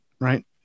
right